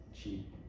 cheap